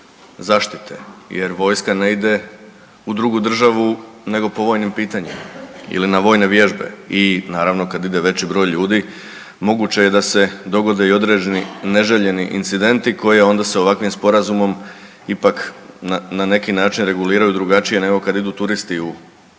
zaštite jer vojska ne ide u drugu državu nego po vojnim pitanjima ili na vojne vježbe i naravno, kad ide veći broj ljudi, moguće je da se dogode i određeni neželjeni incidenti koje onda s ovakvim Sporazumom ipak na neki način reguliraju drugačije nego kad idu turisti u,